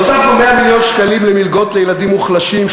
הוספנו 100 מיליון שקלים למלגות לילדים מוחלשים,